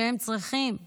שהם צריכים להכריע,